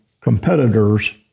competitors